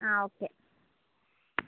okay